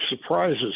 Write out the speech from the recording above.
surprises